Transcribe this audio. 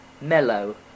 mellow